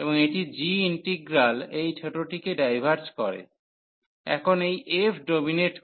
এবং এটি g integral এই ছোটটিকে ডাইভার্জ করে এখন এই f ডমিনেট করে